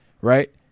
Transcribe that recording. Right